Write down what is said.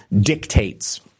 dictates